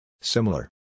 Similar